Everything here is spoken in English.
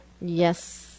yes